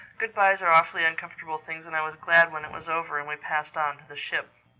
good-byes are awfully uncomfortable things and i was glad when it was over and we passed on to the ship.